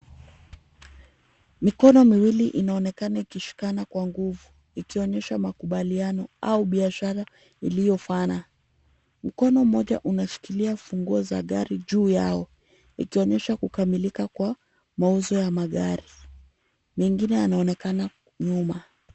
Mikono miwili inaonekana ikishikana kwa nguvu ikionyesha makubaliano au biashara iliyofana , mkono mmoja unashikilia funguo za gari juu yao ,ikionyesha kukamilika kwa mauzo ya magari , mengine yanaonekana nyuma .